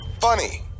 Funny